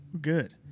Good